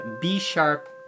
B-sharp